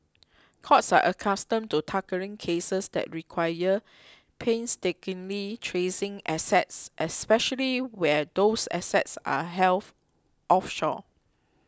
courts are accustomed to tackling cases that require painstakingly tracing assets especially where those assets are elf offshore